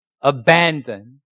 abandon